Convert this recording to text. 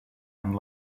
and